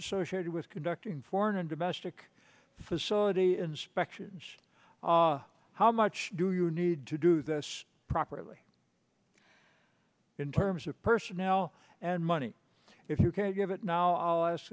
associated with conducting foreign and domestic facility inspections how much do you need to do this properly in terms of personnel and money if you can give it now